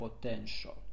potential